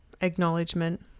acknowledgement